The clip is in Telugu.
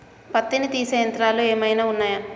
పత్తిని తీసే యంత్రాలు ఏమైనా ఉన్నయా?